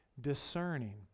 discerning